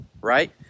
right